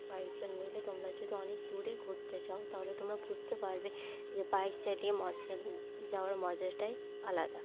কয়েকজন মিলে তোমরা যদি অনেক দূরে ঘুরতে যাও তাহলে তোমরা বুঝতে পারবে যে বাইক চালিয়ে মজা যাওয়ার মজাটাই আলাদা